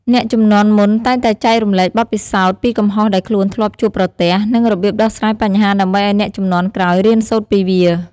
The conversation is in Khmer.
អ្នកជំនាន់មុនតែងតែចែករំលែកបទពិសោធន៍ពីកំហុសដែលខ្លួនធ្លាប់ជួបប្រទះ និងរបៀបដោះស្រាយបញ្ហាដើម្បីឱ្យអ្នកជំនាន់ក្រោយរៀនសូត្រពីវា។